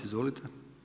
Izvolite.